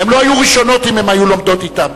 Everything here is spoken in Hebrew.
הן לא היו ראשונות אם הן היו לומדות אתן.